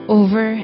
over